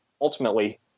ultimately